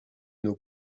nos